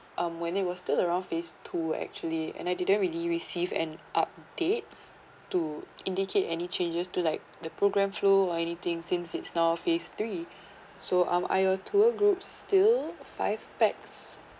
um when it was still around phase two actually and I didn't really received an update to indicate any changes to like the programme flow or anything since it's now phase three so um are your tour group still five pax